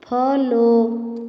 follow